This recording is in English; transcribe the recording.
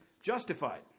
Justified